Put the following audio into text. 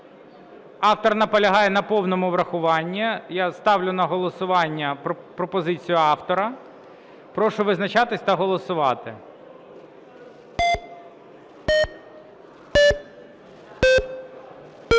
Автор наполягає на повному врахуванні. Я ставлю на голосування пропозицію автора. Прошу визначатись та голосувати.